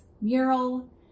Mural